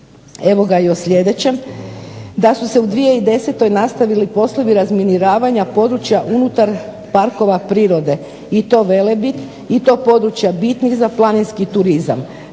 evo ga i o sljedećem, da su se u 2010. nastavili poslovi razminiravanja područja unutar parkova prirode i to Velebit, i to područja bitnih za planinski turizam.